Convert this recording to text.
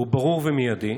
ברור ומיידי,